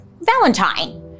Valentine